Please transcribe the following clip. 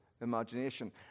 imagination